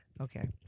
Okay